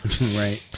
right